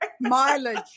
mileage